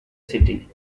city